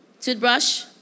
Toothbrush